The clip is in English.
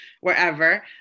wherever